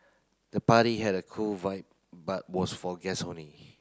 the party had a cool vibe but was for guests only